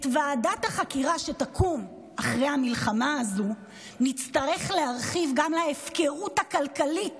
את ועדת החקירה שתקום אחרי המלחמה הזאת נצטרך להרחיב גם להפקרות הכלכלית